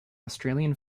australian